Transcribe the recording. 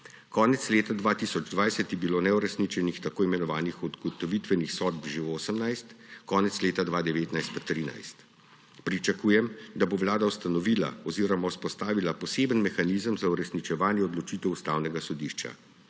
Konec leta 2020 je bilo neuresničenih tako imenovanih ugotovitvenih sodb že 18, konec leta 2019 pa 13. Pričakujem, da bo Vlada ustanovila oziroma vzpostavila poseben mehanizem za uresničevanje odločitev Ustavnega sodišča.